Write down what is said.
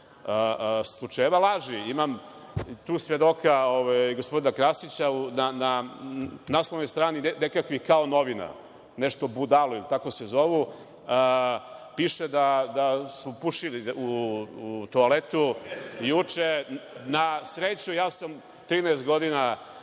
slučajeva laži. Imam tu svedoka, gospodina Krasića. Na naslovnoj strani nekakvih kao novina, nešto budalo ili tako se zovu, piše da smo pušili u toaletu juče. Na sreću, ja sam 13 godina